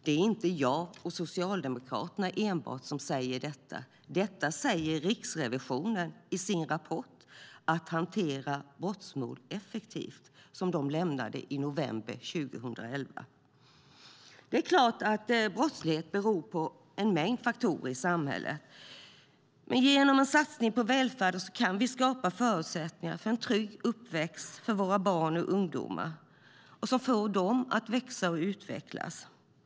Det är inte enbart jag och Socialdemokraterna som säger detta. Detta säger även Riksrevisionen i sin rapport Att hantera brottmål effektivt , som de lämnade i november 2011. Brottslighet beror på en mängd faktorer i samhället. Men genom satsningar på välfärden kan vi skapa förutsättningar för en trygg uppväxt för våra barn och ungdomar som får dem att växa och utvecklas.